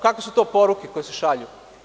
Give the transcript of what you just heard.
Kakve su to poruke koje se šalju?